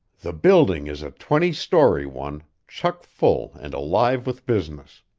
the building is a twenty-story one, chuck full and alive with business.